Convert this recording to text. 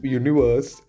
universe